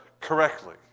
correctly